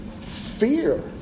Fear